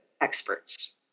experts